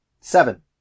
Seven